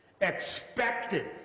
expected